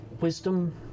wisdom